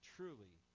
Truly